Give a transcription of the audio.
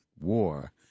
war